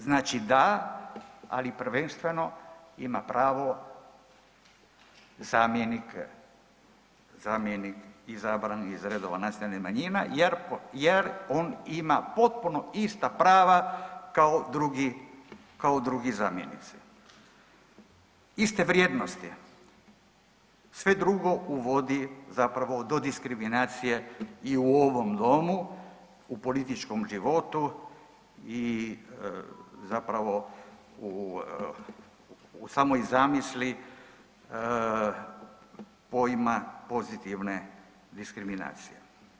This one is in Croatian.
Znači da, ali prvenstveno ima pravo zamjenik, zamjenik izabran iz redova nacionalnih manjina jer, jer on ima potpuno ista prava kao drugi, kao drugi zamjenici, iste vrijednosti, sve drugo uvodi zapravo do diskriminacije i u ovom domu, u političkom životu i zapravo u, u samoj zamisli pojma pozitivne diskriminacije.